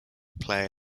player